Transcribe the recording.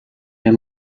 der